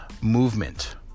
movement